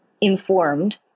informed